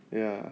ya